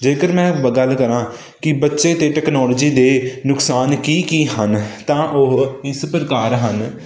ਜੇਕਰ ਮੈਂ ਗੱਲ ਕਰਾਂ ਕਿ ਬੱਚੇ ਅਤੇ ਟੈਕਨੋਲੋਜੀ ਦੇ ਨੁਕਸਾਨ ਕੀ ਕੀ ਹਨ ਤਾਂ ਉਹ ਇਸ ਪ੍ਰਕਾਰ ਹਨ